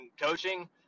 coaching